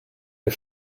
you